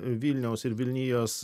vilniaus ir vilnijos